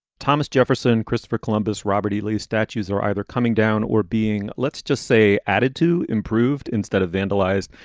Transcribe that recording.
thomas jefferson, christopher columbus, robert e. lee, statues are either coming down or being, let's just say, added to improved instead of vandalized.